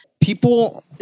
people